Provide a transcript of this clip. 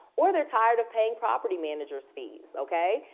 or they're tire of paying property managers' fee. okay?